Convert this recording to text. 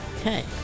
Okay